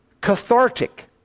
cathartic